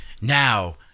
now